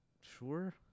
Sure